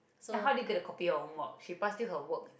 then how do you get a copy of homework she pass you her work